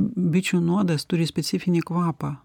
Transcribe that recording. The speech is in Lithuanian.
bičių nuodas turi specifinį kvapą